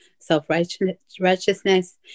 self-righteousness